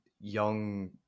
young